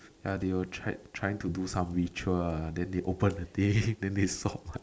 ya they were try trying to do some ritual ah then they open the thing then they saw my